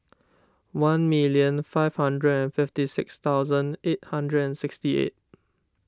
one million five hundred and fifty six thousand eight hundred and sixty eight